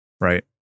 right